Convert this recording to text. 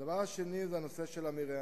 הדבר השני הוא נושא המרעה.